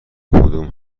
کدوم